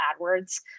AdWords